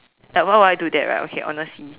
like why would I do that right okay honestly